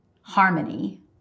harmony